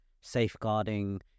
safeguarding